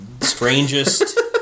strangest